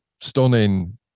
stunning